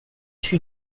two